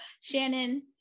shannon